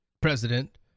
president